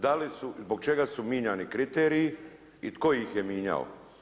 Da li su, zbog čega su mijenjani kriteriji i tko ih je mijenjao?